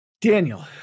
Daniel